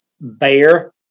bear